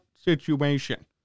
situation